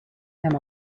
him